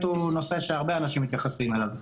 הוא נושא שהרבה אנשים מתייחסים אליו.